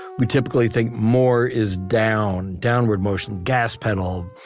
we typically think more is down, downward motion, gas pedal.